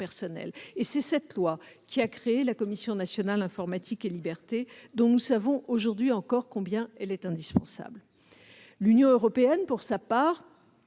Et c'est cette loi qui a créé la Commission nationale de l'informatique et des libertés (CNIL), dont nous savons aujourd'hui encore combien elle est indispensable. L'Union européenne, pour sa part,